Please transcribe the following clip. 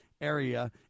area